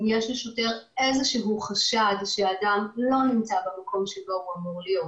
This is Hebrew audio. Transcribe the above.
אם יש לשוטר איזשהו חשד שאדם לא נמצא במקום שבו הוא אמור להיות,